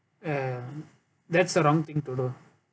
ya that's a wrong thing to do